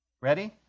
Ready